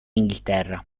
inghilterra